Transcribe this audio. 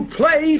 play